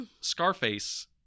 Scarface